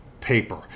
paper